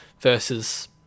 versus